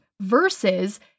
Versus